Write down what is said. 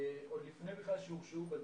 עוד לפני שהורשעו בדין,